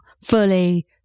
fully